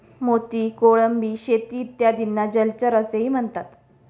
मोती, कोळंबी शेती इत्यादींना जलचर असेही म्हणतात